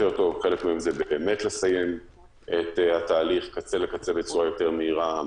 חלק מהם זה באמת לסיים את התהליך מקצה לקצה בצורה יותר מהירה.